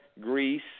Greece